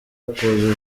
opposition